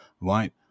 Right